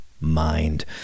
mind